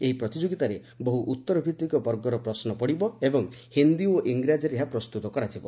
ଏହି ପ୍ରତିଯୋଗିତାରେ ବହୁ ଉତ୍ତରଭିତ୍ତିକ ବର୍ଗର ପ୍ରଶ୍ନ ପଡ଼ିବ ଏବଂ ହିନ୍ଦୀ ଓ ଇଂରାଜୀରେ ଏହା ପ୍ରସ୍ତୁତ କରାଯିବ